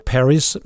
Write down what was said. Paris